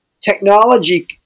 technology